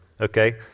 Okay